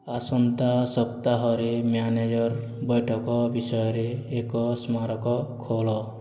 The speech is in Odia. ଆସନ୍ତା ସପ୍ତାହରେ ମ୍ୟାନେଜର୍ ବୈଠକ ବିଷୟରେ ଏକ ସ୍ମାରକ ଖୋଲ